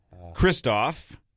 Kristoff